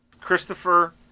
christopher